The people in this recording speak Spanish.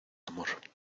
amor